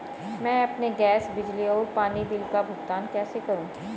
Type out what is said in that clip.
मैं अपने गैस, बिजली और पानी बिल का भुगतान कैसे करूँ?